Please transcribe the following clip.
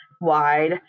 wide